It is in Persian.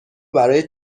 برای